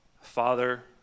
Father